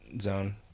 zone